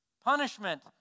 punishment